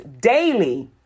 daily